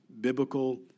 biblical